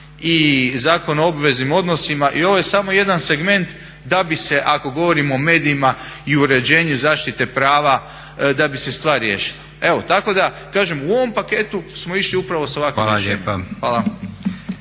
i Zakon o obveznim odnosima i ovo je samo jedan segment da bi se ako govorimo o medijima i uređenju zaštite prava da bi se stvar riješila. Tako da kažem u ovom paketu smo išli upravo sa ovakvim rješenjem. Hvala.